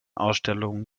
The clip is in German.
ausstellungen